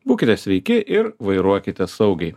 būkite sveiki ir vairuokite saugiai